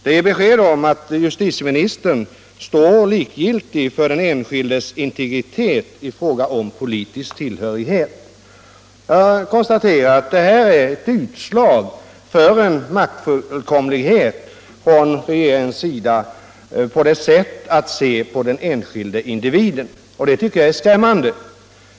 Det ger besked om att justitieministern står likgiltig för den enskildes integritet i fråga om politisk tillhörighet. Jag konstaterar att detta är ett utslag av en maktfullkomlig regerings sätt att se på den enskilde individen. Jag tycker att detta är skrämmande.